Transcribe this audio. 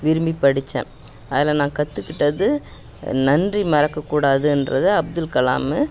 விரும்பிப் படித்தேன் அதில் நான் கற்றுக்கிட்டது நன்றி மறக்கக்கூடாதுன்றதை அப்துல் கலாமு